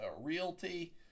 realty